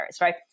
right